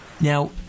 Now